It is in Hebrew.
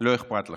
לא אכפת לכם.